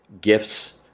gifts